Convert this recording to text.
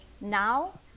now